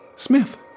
Smith